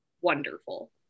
wonderful